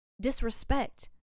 disrespect